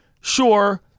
sure